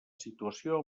situació